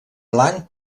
blanc